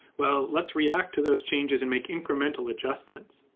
well, let's react to those changes and make incremental adjustments.